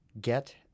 get